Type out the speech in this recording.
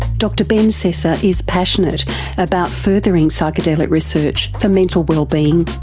dr ben sessa is passionate about furthering psychedelic research for mental wellbeing.